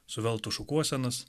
suveltų šukuosenas